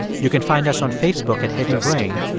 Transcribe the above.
you can find us on facebook at hidden brain,